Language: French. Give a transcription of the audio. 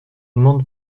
demande